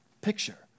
picture